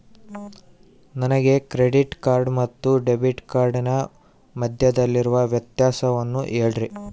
ನನಗೆ credit card ಮತ್ತು debit ಕಾರ್ಡಿನ ಮಧ್ಯದಲ್ಲಿರುವ ವ್ಯತ್ಯಾಸವನ್ನು ಹೇಳ್ರಿ?